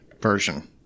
version